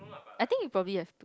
I think it probably yes